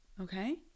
Okay